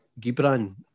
Gibran